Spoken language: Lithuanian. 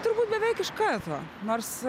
turbūt beveik iš karto nors